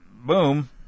Boom